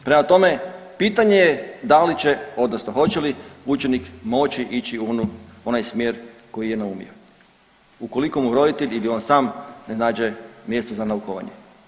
Prema tome, pitanje je da li će odnosno hoće li učenik moći ići u onaj smjer koji je naumio ukoliko mu roditelj ili on sam ne nađe mjesto za naukovanje.